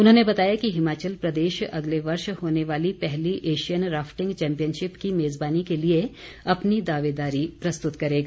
उन्होंने बताया कि हिमाचल प्रदेश अगले वर्ष होने वाले पहले एशियन राफ्टिंग चैंपियनशिप की मेज़बानी के लिए अपनी दावेदारी प्रस्तुत करेगा